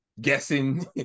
guessing